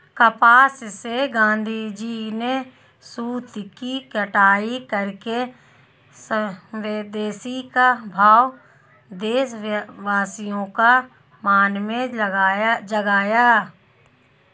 कपास से गाँधीजी ने सूत की कताई करके स्वदेशी का भाव देशवासियों के मन में जगाया